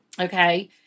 Okay